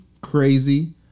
crazy